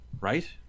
right